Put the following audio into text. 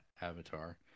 avatar